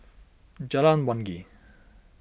Jalan Wangi